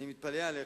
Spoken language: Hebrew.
אני מתפלא עליך,